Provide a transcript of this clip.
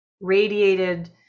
radiated